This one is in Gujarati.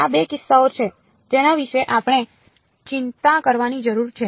આ 2 કિસ્સાઓ છે જેના વિશે આપણે ચિંતા કરવાની જરૂર છે